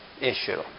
issue